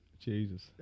Jesus